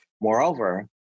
Moreover